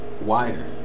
wider